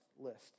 list